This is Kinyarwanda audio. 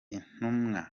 intumwa